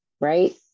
Right